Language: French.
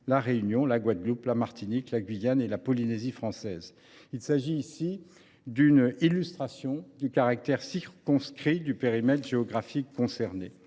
La Réunion, la Guadeloupe, la Martinique, la Guyane et la Polynésie française. C’est bien la preuve du caractère circonscrit du périmètre géographique concerné.